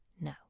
No